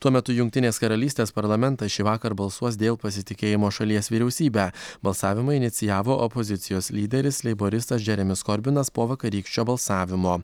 tuo metu jungtinės karalystės parlamentas šįvakar balsuos dėl pasitikėjimo šalies vyriausybe balsavimą inicijavo opozicijos lyderis leiboristas džeremis korbinas po vakarykščio balsavimo